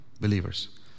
believers